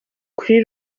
kuri